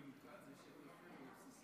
אדוני היושב-ראש,